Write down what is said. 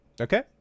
okay